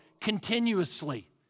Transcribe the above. continuously